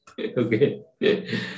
Okay